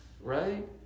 right